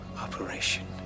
operation